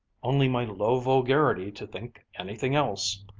only my low vulgarity to think anything else!